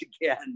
again